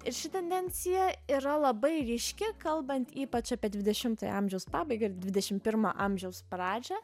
ir ši tendencija yra labai ryški kalbant ypač apie dvidešimtojo amžiaus pabaigą ir dvidešimt pirmą amžiaus pradžią